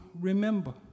remember